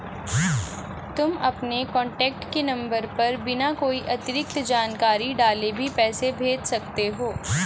तुम अपने कॉन्टैक्ट के नंबर पर बिना कोई अतिरिक्त जानकारी डाले भी पैसे भेज सकते हो